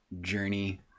journey